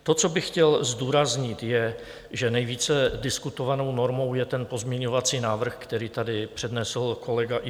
To, co bych chtěl zdůraznit, je, že nejvíce diskutovanou normou je pozměňovací návrh, který tady přednesl kolega Ivo Vondrák.